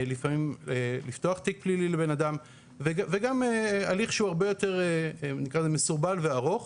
לפעמים לפתוח תיק פלילי לבן אדם וגם הליך שהוא הרבה יותר מסורבל וארוך.